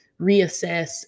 reassess